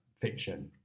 fiction